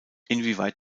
inwieweit